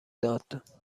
داد